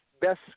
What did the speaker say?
best